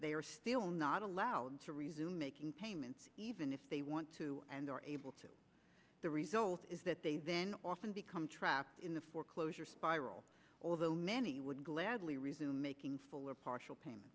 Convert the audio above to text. they are still not allowed to resume making payments even if they want to and are able to the result is that they then often become trapped in the foreclosure spiral although many would gladly resume making full or partial payment